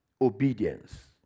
Obedience